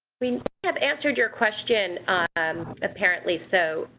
we have answered your question um apparently. so,